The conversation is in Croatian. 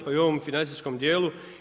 Pa i ovom financijskom dijelu.